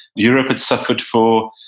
europe had suffered for,